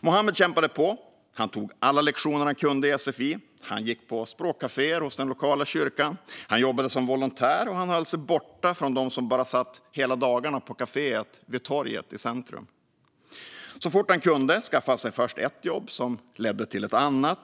Muhammed kämpade på. Han tog alla lektioner han kunde i sfi, han gick på språkkaféer hos den lokala kyrkan, han jobbade som volontär och han höll sig borta från dem som bara satt hela dagarna på kaféet vid torget i centrum. Så fort han kunde skaffade han sig först ett jobb, och det ledde till ett annat.